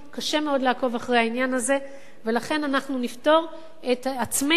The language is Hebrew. קשה מאוד לעקוב אחרי העניין הזה ולכן אנחנו נפטור את עצמנו,